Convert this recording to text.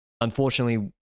unfortunately